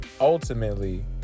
ultimately